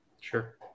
Sure